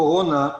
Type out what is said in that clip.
קורונה,